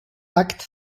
akt